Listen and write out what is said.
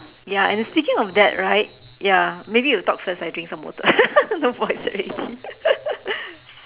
ya and speaking of that right ya maybe you talk first I drink some water no voice already